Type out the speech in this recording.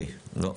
לא,